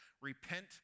Repent